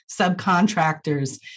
subcontractors